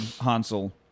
Hansel